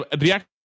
React